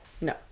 No